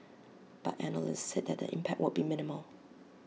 but analysts said that the impact would be minimal